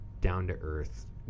down-to-earth